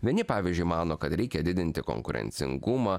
vieni pavyzdžiui mano kad reikia didinti konkurencingumą